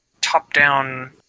top-down